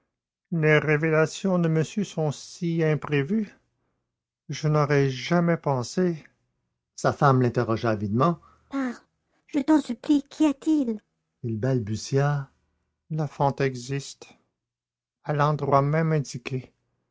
les révélations de monsieur sont si imprévues je n'aurais jamais pensé sa femme l'interrogea avidement parle je t'en supplie qu'y a-t-il il balbutia la fente existe à l'endroit même indiqué